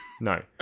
No